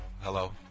Hello